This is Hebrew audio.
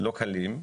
לא קלים.